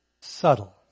Subtle